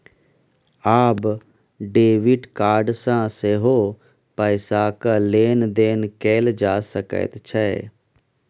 आब debit card सँ सेहो पैसाक लेन देन कैल जा सकैत छै